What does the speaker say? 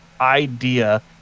idea